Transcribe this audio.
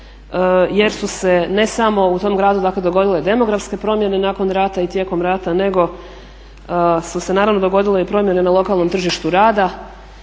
jer su se ne samo u tom gradu dogodile demografske promjene nakon rata i tijekom rata nego su se naravno dogodile i promjene na lokalnom tržištu rada.